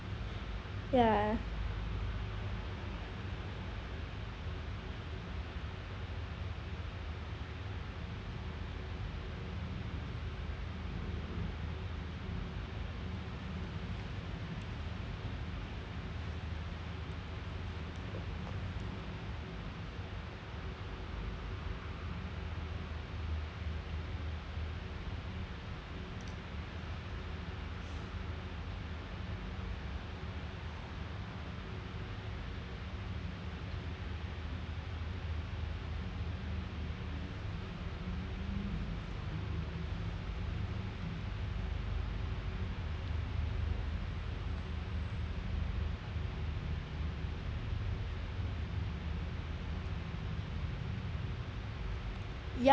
ya ya~